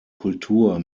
kultur